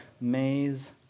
maze